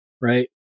right